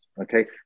okay